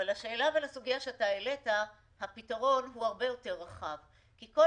אבל לשאלה ולסוגיה שאתה העלית הפתרון הוא הרבה יותר רחב כי כל